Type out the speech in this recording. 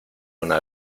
una